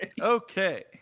Okay